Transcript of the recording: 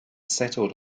settled